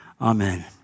Amen